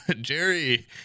Jerry